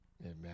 Amen